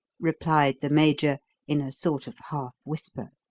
replied the major in a sort of half-whisper.